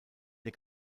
der